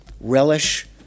Relish